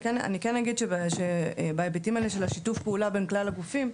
אני כן אגיד שבהיבטים האלה של השיתוף פעולה בין כלל הגופים,